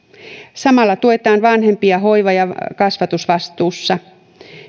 samalla tuetaan vanhempia hoiva ja kasvatusvastuussa